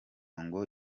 ngo